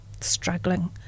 struggling